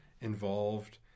involved